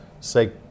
say